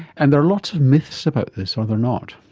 and there are lots of myths about this, are there not?